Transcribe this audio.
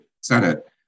Senate